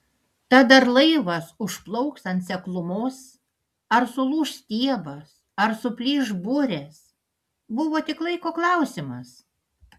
tad ar laivas užplauks ant seklumos ar sulūš stiebas ar suplyš burės buvo tik laiko klausimas